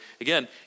Again